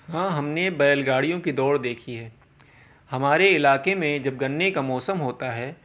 ہاں ہم نے بیل گاڑیوں کی دوڑ دیکھی ہے ہمارے علاقے میں جب گنے کا موسم ہوتا ہے